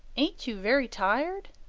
ain't you very tired?